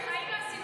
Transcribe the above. בחיים לא עשינו